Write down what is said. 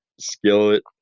skillet